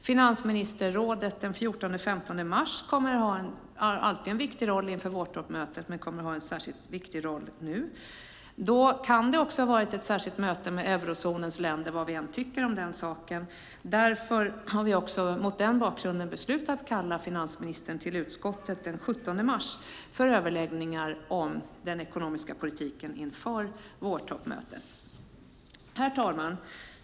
Finansministerrådet den 14 och 15 mars har alltid en viktig roll inför vårtoppmötet men kommer att ha en särskilt viktig roll nu. Då kan det också ha varit ett särskilt möte med eurozonens länder vad vi än tycker om den saken. Mot den bakgrunden har vi beslutat att kalla finansministern till utskottet den 17 mars för överläggningar om den ekonomiska politiken inför vårtoppmötet. Herr talman!